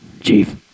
Chief